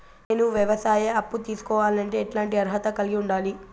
నేను వ్యవసాయ అప్పు తీసుకోవాలంటే ఎట్లాంటి అర్హత కలిగి ఉండాలి?